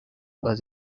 was